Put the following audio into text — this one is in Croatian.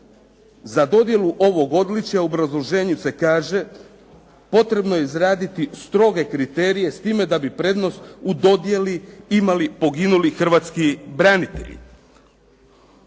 Za dodjelu ovog odličja u obrazloženju se kaže: "Potrebno je izraditi stroge kriterije s time da bi prednost u dodjeli imali poginuli hrvatski branitelji."